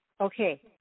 Okay